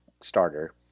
starter